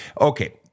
okay